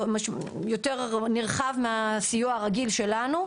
יותר נרחב מהסיוע הרגיל שלנו,